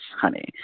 honey